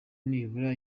nibura